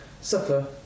suffer